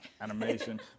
animation